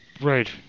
Right